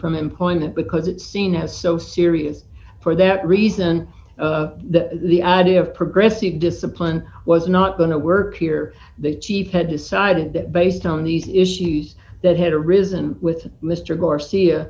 from employment because it's seen as so serious for that reason that the idea of progressive discipline was not going to work here the chief had decided that based on the issues that had arisen with mr garcia